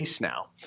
now